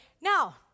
Now